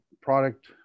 product